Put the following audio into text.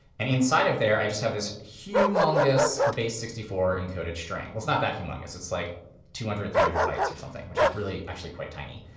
and inside of there, i just have this humongous base sixty four encoded string. well, it's not that humongous. it's like two hundred, three hundred bytes or something, which is really actually quite tiny.